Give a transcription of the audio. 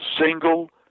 single